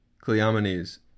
Cleomenes